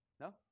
No